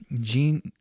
gene